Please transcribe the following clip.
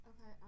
Okay